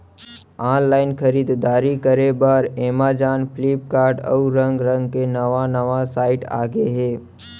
online खरीददारी करे बर अमेजॉन, फ्लिपकार्ट, अउ रंग रंग के नवा नवा साइट आगे हे